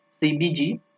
CBG